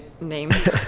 names